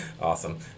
Awesome